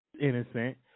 Innocent